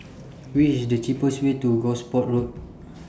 What IS The cheapest Way to Gosport Road